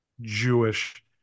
Jewish